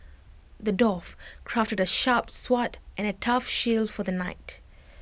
the dwarf crafted A sharp sword and A tough shield for the knight